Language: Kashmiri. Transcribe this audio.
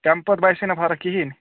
تَمہِ پَتہٕ باسے نا فَرق کِہیٖنۍ